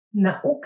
Nauka